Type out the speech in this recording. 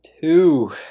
two